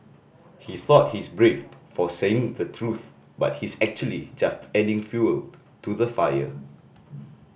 he thought he's brave for saying the truth but he's actually just adding fuel to the fire